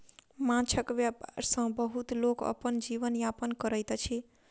माँछक व्यापार सॅ बहुत लोक अपन जीवन यापन करैत अछि